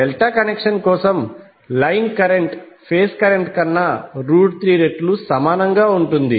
delta connection కోసం line current phase current కన్నా3 రెట్లు సమానంగా ఉంటుంది